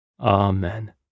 Amen